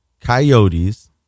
coyotes